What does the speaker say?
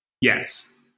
yes